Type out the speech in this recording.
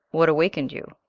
what awakened you?